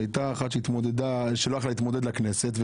שהייתה אחת שלא יכלה להתמודד לכנסת,